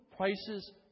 Prices